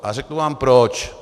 A řeknu vám proč.